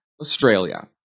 Australia